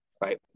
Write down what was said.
right